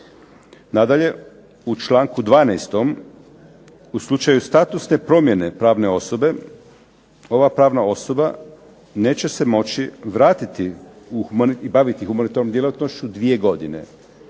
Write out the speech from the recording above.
Nadalje, u članku 12. u slučaju statusne promjene pravne osobe ova pravna osoba neće se moći vratiti i baviti humanitarnom djelatnošću 2 godine.